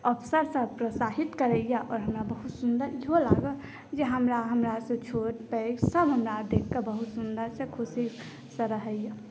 officer सभ प्रोत्साहित करैया आओर हमरा बहुत सुन्दर इहो लागल जे हमरा हमरासे छोट पैघ सभ हमरा देखि कऽहमरा बहुतसे खुशीसँ रहैए